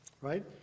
Right